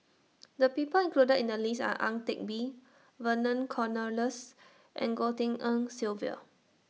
The People included in The list Are Ang Teck Bee Vernon Cornelius and Goh Tshin En Sylvia